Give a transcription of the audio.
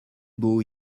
beau